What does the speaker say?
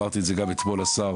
אמרתי את זה גם אתמול לשר,